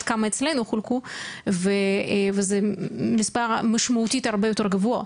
כמה אצלנו חולקו וזה מספר משמעותית הרבה יותר גבוה.